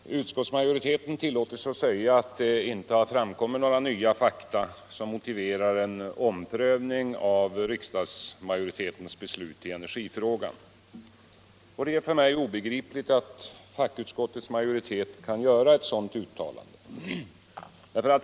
Herr talman! Utskottsmajoriteten tillåter sig säga att det inte har framkommit några fakta som motiverar en omprövning av riksdagsmajoritetens beslut i energifrågan. Det är för mig obegripligt att fackutskottets majoritet kan göra ett sådant uttalande.